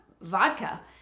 vodka